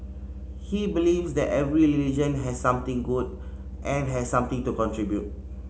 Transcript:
he believes that every religion has something good and has something to contribute